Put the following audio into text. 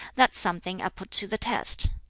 that something i put to the test.